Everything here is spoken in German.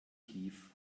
tief